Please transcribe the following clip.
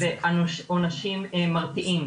ועונשים מרתיעים.